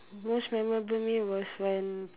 most memorable meal was when